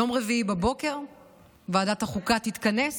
ביום רביעי בבוקר ועדת החוקה תתכנס